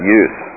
use